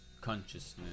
consciousness